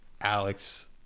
alex